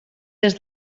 des